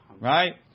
right